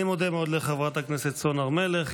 אני מודה מאוד לחברת הכנסת סון הר מלך.